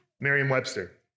Merriam-Webster